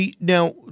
Now